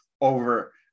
over